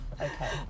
Okay